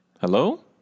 Hello